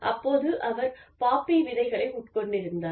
அப்போது அவர் பாப்பி விதைகளை உட்கொண்டிருந்தார்